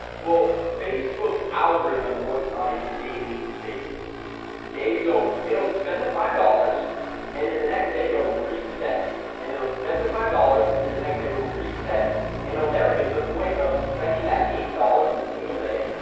well facebook's algorithm works on a daily basis okay so it'll spend the five dollars and then the next day it'll reset and it'll spend the five dollars and then the next day it'll reset and it'll never get to the point of spending that eight dollars in the single day.